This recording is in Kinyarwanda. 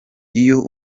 iyo